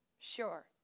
sure